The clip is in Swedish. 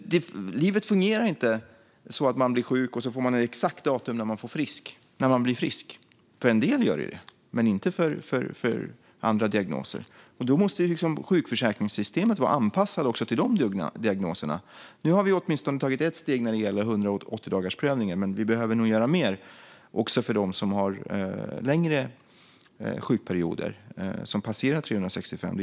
Livet fungerar inte så att man blir sjuk och får ett exakt datum för när man kommer att bli frisk. Vid en del diagnoser är det så, men inte vid andra. Sjukförsäkringssystemet måste vara anpassat även till de diagnoserna. Nu har vi åtminstone tagit ett steg när det gäller 180-dagarsprövningen, men vi behöver nog göra mer även för dem som har längre sjukperioder, som passerar 365 dagar.